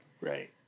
Right